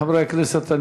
חברי הכנסת,